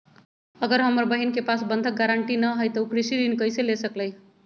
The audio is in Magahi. अगर हमर बहिन के पास बंधक गरान्टी न हई त उ कृषि ऋण कईसे ले सकलई ह?